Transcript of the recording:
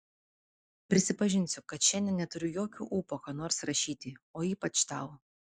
prisipažinsiu kad šiandien neturiu jokio ūpo ką nors rašyti o ypač tau